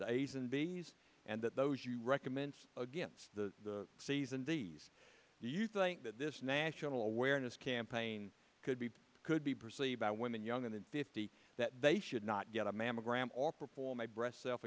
the a's and b s and that those you recommend against the cs and d s do you think that this national awareness campaign could be could be perceived by women young and fifty that they should not get a mammogram or perform a breast self